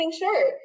shirt